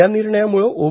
या निर्णयाम्ळे ओ